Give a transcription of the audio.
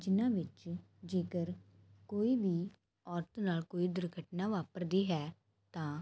ਜਿਹਨਾਂ ਵਿੱਚ ਜੇਕਰ ਕੋਈ ਵੀ ਔਰਤ ਨਾਲ ਕੋਈ ਦੁਰਘਟਨਾ ਵਾਪਰਦੀ ਹੈ ਤਾਂ